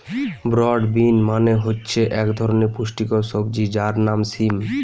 broad bean মানে হচ্ছে এক ধরনের পুষ্টিকর সবজি যার নাম সিম